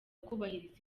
kubahiriza